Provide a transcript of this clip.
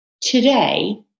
today